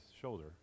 shoulder